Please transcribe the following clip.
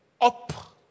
up